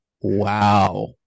Wow